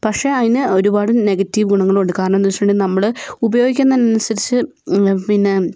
പക്ഷേ അതിന് ഒരുപാട് നെഗറ്റീവ് ഗുണങ്ങളോണ്ട് കാരണോന്നുവെച്ചിട്ടുണ്ടെങ്കി നമ്മൾ ഉപയോഗിക്കുന്നതിന് അനുസരിച്ച് പിന്നെ